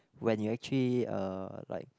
when you actually uh like